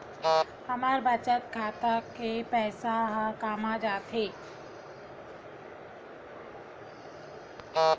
हमर बचत खाता के पईसा हे कामा जाथे?